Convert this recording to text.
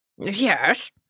Yes